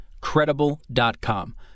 Credible.com